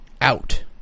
out